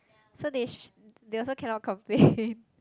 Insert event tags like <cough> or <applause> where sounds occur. so they sh~ they also cannot complain <breath>